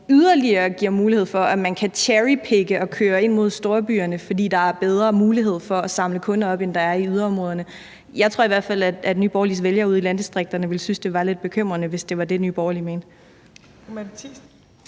vi yderligere gav muligheder for, at man kan cherrypicke og køre ind mod storbyerne, fordi der dér er bedre mulighed for at samle kunder op, end der er i yderområderne? Jeg tror i hvert fald, at Nye Borgerliges vælgere ude i landdistrikterne ville synes, at det var lidt bekymrende, hvis det var det, Nye Borgerlige mente.